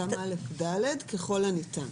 גם א' עד ד' ככל הניתן.